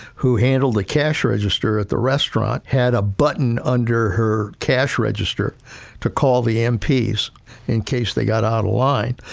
who handled the cash register at the restaurant, had a button under her cash register to call the um mps in case they got out of line.